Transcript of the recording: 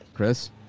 Chris